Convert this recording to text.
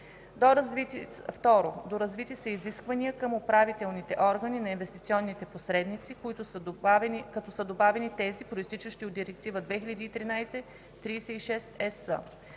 2. Доразвити са изискванията към управителните органи на инвестиционните посредници, като са добавени тези, произтичащи от Директива 2013/36/ЕС.